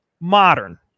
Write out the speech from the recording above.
modern